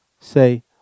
Say